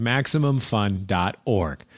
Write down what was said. MaximumFun.org